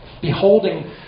Beholding